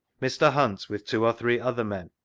mr. hunt, with two or three other men,